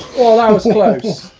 that was close.